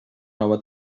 nova